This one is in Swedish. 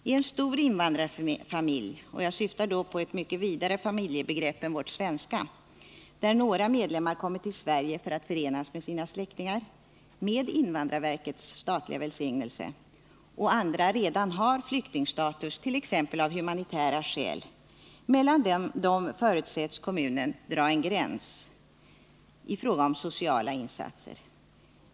I en stor invandrarfamilj — och jag syftar då på ett mycket vidare familjebegrepp än vårt svenska — där några medlemmar kommit till Sverige för att förenas med sina släktingar, med invandrarverkets välsignelse, och andra redan har flyktingstatus, t.ex. av humanitära skäl, förutsätts kommunen dra en gräns mellan de olika familjemedlemmarna i fråga om sociala insatser.